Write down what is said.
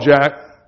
jack